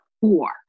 four